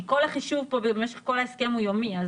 כי כל החישוב פה וכל ההסכם הוא יומי.